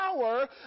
power